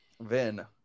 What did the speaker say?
Vin